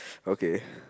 okay